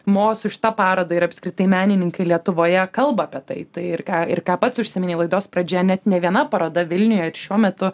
mo su šita paroda ir apskritai menininkai lietuvoje kalba apie tai tai ką ir ką pats užsiminei laidos pradžioje net nė viena paroda vilniuje šiuo metu